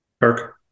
Kirk